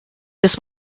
this